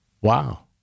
Wow